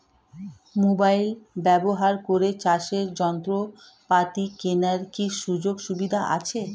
Mobile ব্যবহার করে চাষের যন্ত্রপাতি কেনার কি সুযোগ সুবিধা আছে?